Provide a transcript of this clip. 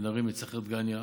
ונרים את סכר דגניה,